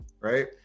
right